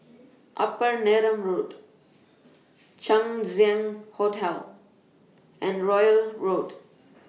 Upper Neram Road Chang Ziang Hotel and Royal Road